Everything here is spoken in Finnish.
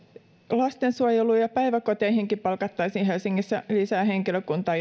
lastensuojeluun ja päiväkoteihinkin palkattaisiin helsingissä lisää henkilökuntaa